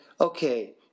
okay